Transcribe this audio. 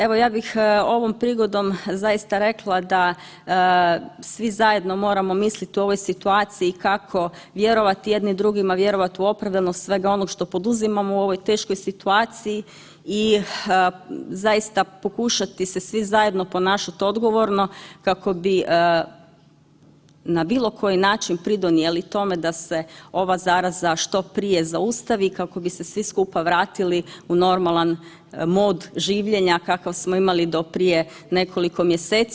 Evo ja bih ovom prigodom zaista rekla da svi zajedno moramo misliti u ovoj situaciji kako vjerovati jedni drugima, vjerovati u opravdanost svega onoga što poduzimamo u ovoj teškoj situaciji i zaista pokušati se svi zajedno ponašati odgovorno kako bi na bilo koji način pridonijeli tome da se ova zaraza što prije zaustavi i kako bi se svi skupa vratili u normalan mod življenja kakav smo imali do prije nekoliko mjeseci.